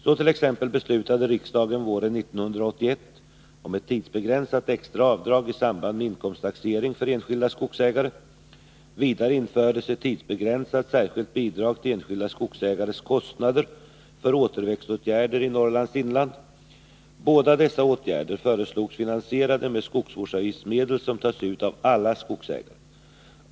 Så t.ex. beslutade riksdagen våren 1981 om ett tidsbegränsat extra avdrag i samband med inkomsttaxering för enskilda skogsägare. Vidare infördes ett tidsbegränsat särskilt bidrag till enskilda skogsägares kostnader för återväxtåtgärder i Norrlands inland. Båda dessa åtgärder föreslogs finansierade med skogsvårdsavgiftsmedel som tas ut av alla skogsägare.